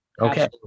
Okay